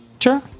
sure